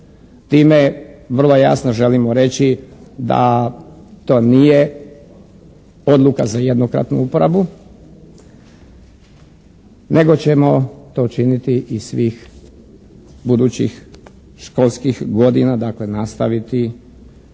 Time vrlo jasno želimo reći da to nije odluka za jednokratnu uporabu nego ćemo učiniti i svih budućih školskih godina, dakle nastaviti